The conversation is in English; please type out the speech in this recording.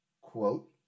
Quote